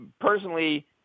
personally